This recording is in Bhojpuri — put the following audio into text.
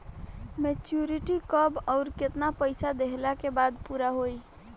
मेचूरिटि कब आउर केतना पईसा देहला के बाद पूरा होई?